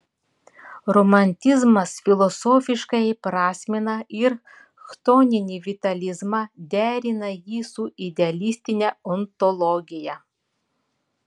romantizmas filosofiškai įprasmina ir chtoninį vitalizmą derina jį su idealistine ontologija